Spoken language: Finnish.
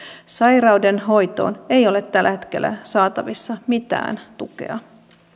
sairauden hoitoon ei ole tällä hetkellä saatavissa mitään tukea